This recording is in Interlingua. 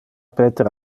peter